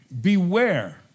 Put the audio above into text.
Beware